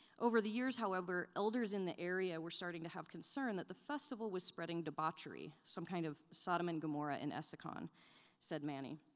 over the years, years, however, elders in the area were starting to have concern that the festival was spreading debauchery, some kind of sodom and gomorrah in essakane, said manny,